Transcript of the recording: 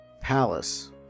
palace